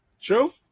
True